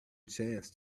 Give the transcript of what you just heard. chance